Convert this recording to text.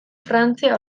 frantzia